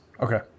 Okay